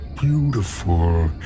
beautiful